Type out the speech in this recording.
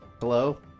Hello